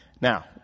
Now